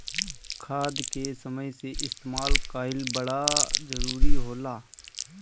खाद के समय से इस्तेमाल कइल बड़ा जरूरी होला